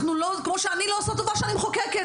כמו שאני לא עושה טובה שאני מחוקקת,